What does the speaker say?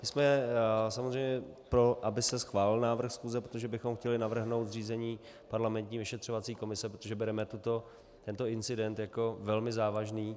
My jsme samozřejmě pro, aby se schválil návrh schůze, protože bychom chtěli navrhnout zřízení parlamentní vyšetřovací komise, protože bereme tento incident jako velmi závažný.